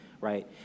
right